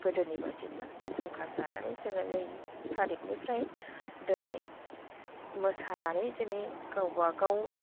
गोदोनि बायदिब्ला खुंखा जानानै जोङो नै थारिखनिफ्राय दिनै मोसानानै दिनै गावबागाव